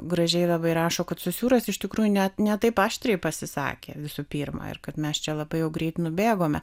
gražiai labai rašo kad sosiūras iš tikrųjų ne ne taip aštriai pasisakė visų pirmą ir kad mes čia labai jau greit nubėgome